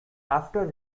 after